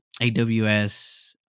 aws